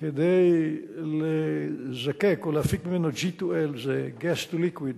כדי לזקק או להפיק ממנו G to L, זה Gas to Liquid,